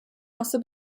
also